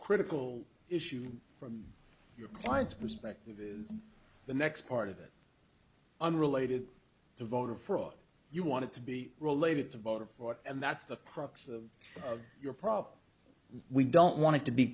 critical issue from your client's perspective is the next part of it unrelated to voter fraud you want it to be related to voter four and that's the crux of your problem we don't want to be